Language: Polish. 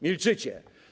Milczycie.